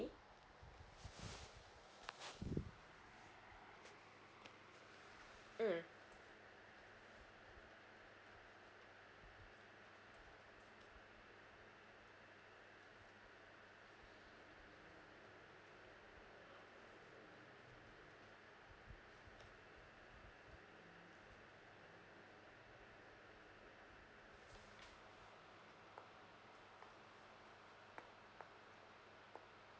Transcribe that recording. mm